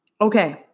okay